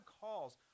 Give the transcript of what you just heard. calls